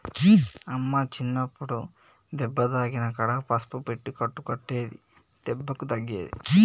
అమ్మ చిన్నప్పుడు దెబ్బ తాకిన కాడ పసుపు పెట్టి కట్టు కట్టేది దెబ్బకు తగ్గేది